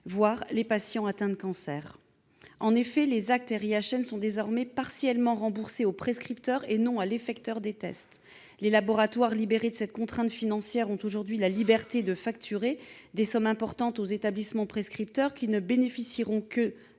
voire les patients atteints de cancer. En effet, les actes RIHN sont désormais partiellement remboursés au prescripteur et non à celui qui effectue les tests. Les laboratoires, libérés de cette contrainte financière, ont aujourd'hui la liberté de facturer des sommes importantes aux établissements prescripteurs, qui ne bénéficieront de